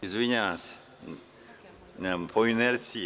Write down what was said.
Izvinjavam se, po inerciji.